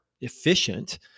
efficient